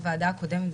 הוועדה הקודמת,